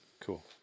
Cool